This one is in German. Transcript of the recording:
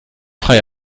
frei